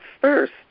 first